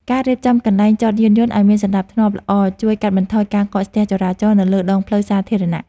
ការរៀបចំកន្លែងចតយានយន្តឱ្យមានសណ្ដាប់ធ្នាប់ល្អជួយកាត់បន្ថយការកកស្ទះចរាចរណ៍នៅលើដងផ្លូវសាធារណៈ។